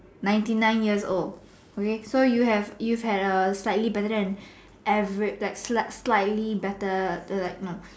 ninety nine years old okay so you have you have a slightly better then average like slight slightly better like no